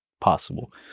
possible